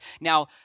Now